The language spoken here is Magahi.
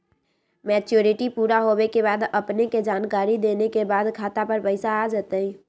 मैच्युरिटी पुरा होवे के बाद अपने के जानकारी देने के बाद खाता पर पैसा आ जतई?